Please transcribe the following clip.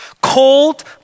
Cold